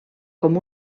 com